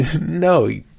no